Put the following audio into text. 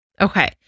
Okay